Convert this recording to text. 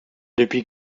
depuis